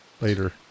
Later